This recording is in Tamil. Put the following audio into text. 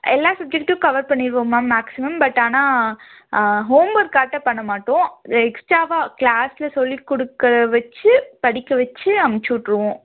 எல்லா சப்ஜெக்ட்டும் கவர் பண்ணிவிடுவோம் மேம் மேக்சிமம் பட் ஆனால் ஹோம் ஒர்க்ட்டாம் பண்ண மாட்டோம் எக்ஸ்ட்ராவாக கிளாஸ்சில் சொல்லி கொடுக்கறத வைச்சு படிக்க வைச்சு அமுச்சு விட்டுருவோம்